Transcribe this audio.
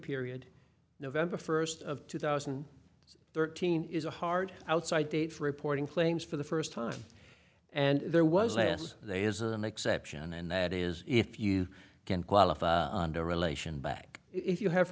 period november first of two thousand and thirteen is a hard outside date for reporting claims for the first time and there was last there is an exception and that is if you can qualify under relation back if you have